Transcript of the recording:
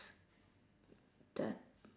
the